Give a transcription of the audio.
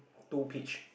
two peach